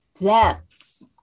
depths